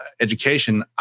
education